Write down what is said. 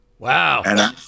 Wow